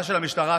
כבוד השר.